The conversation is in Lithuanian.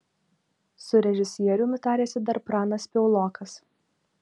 su režisieriumi tarėsi dar pranas piaulokas